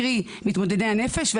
קרי מתמודדי הנפש.